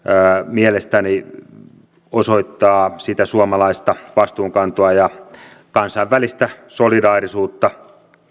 mielestäni osoittavat sitä suomalaista vastuunkantoa ja kansainvälistä solidaarisuutta